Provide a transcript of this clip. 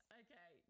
okay